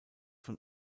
von